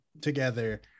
together